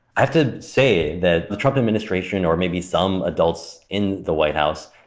i have to say that the trump administration, or maybe some adults in the white house,